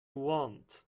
want